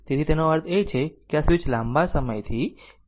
તેથી તેનો અર્થ એ કે આ સ્વીચ લાંબા સમયથી ક્લોઝ હતી